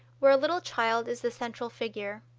where a little child is the central figure,